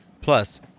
plus